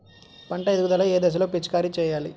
పంట ఎదుగుదల ఏ దశలో పిచికారీ చేయాలి?